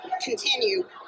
continue